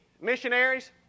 missionaries